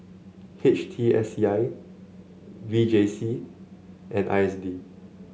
H T S C I V J C and I S D